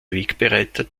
wegbereiter